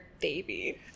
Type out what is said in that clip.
baby